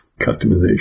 customization